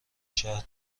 شهر